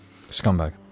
Scumbag